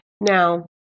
now